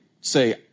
say